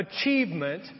Achievement